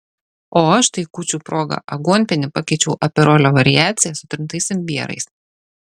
o aš tai kūčių proga aguonpienį pakeičiau aperolio variacija su trintais imbierais